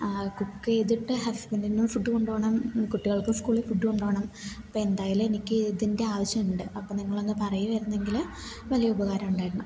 cook ചെയ്തിട്ട് ഹസ്ബൻഡിനും food കൊണ്ടുപോകണം കുട്ടികൾക്കും സ്കൂളിൽ ഫുഡ് കൊണ്ടുപോകണം അപ്പം എന്തായാലും എനിക്ക് ഇതിൻ്റെ ആവശ്യമുണ്ട് അപ്പം നിങ്ങളൊന്ന് പറയുവായിരുന്നെങ്കില് വലിയ ഉപകാരം ഉണ്ടായിരുന്നു